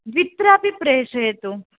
द्वित्रापि प्रेषयतु